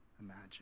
imagine